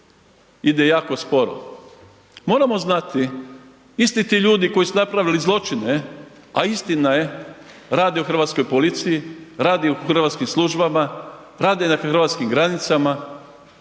ide jako sporo. Moramo znati isti ti ljudi koji u napravili zločine a istina je, rade u hrvatskoj policiji, radi u hrvatskim službama, rade na hrvatskim granicama